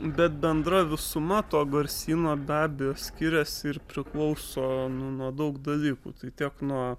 bet bendra visuma to garsyno be abejo skiriasi ir priklauso nu nuo daug dalykų tai tiek nuo